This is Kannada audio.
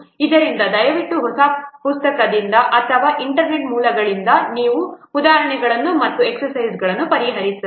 ಆದ್ದರಿಂದ ದಯವಿಟ್ಟು ಹೊಸ ಪುಸ್ತಕದಿಂದ ಅಥವಾ ಇಂಟರ್ನೆಟ್ ಮೂಲಗಳಿಂದ ಕೆಲವು ಉದಾಹರಣೆಗಳು ಮತ್ತು ಎಕ್ಸರ್ಸೈಜ್ಗಳನ್ನು ಪರಿಹರಿಸಿ